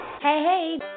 Hey